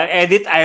edit